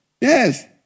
Yes